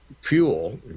fuel